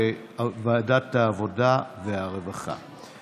לוועדת העבודה והרווחה נתקבלה.